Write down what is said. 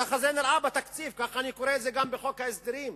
כך זה נראה בתקציב וכך אני קורא את זה גם בחוק ההסדרים,